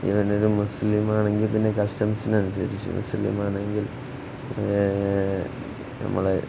even ഒരു മുസ്ലിം ആണെങ്കിൽ പിന്നെ കസ്റ്റംസിന് അനുസരിച്ച് മുസ്ലിം ആണെങ്കിൽ നമ്മൾ